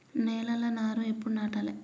నేలలా నారు ఎప్పుడు నాటాలె?